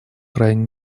крайне